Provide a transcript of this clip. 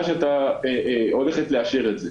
שאתה עומד בראשה ועומדת לאשר את זה.